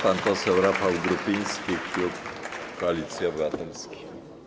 Pan poseł Rafał Grupiński, klub Koalicji Obywatelskiej.